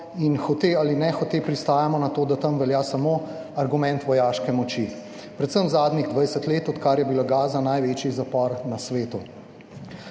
in hote ali nehote pristajamo na to, da tam velja samo argument vojaške moči, predvsem zadnjih 20 let, odkar je bila Gaza največji zapor na svetu.